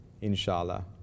inshallah